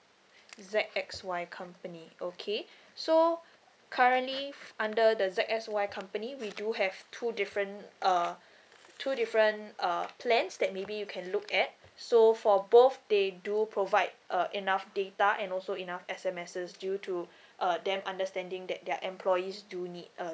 Z X Y company okay so currently under the Z X Y company we do have two different uh two different uh plans that maybe you can look at so for both they do provide uh enough data and also enough S_M_Ses due to uh them understanding that their employees do need uh